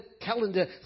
calendar